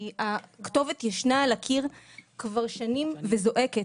כי הכתובת ישנה על הקיר כבר שנים וזועקת.